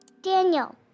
Daniel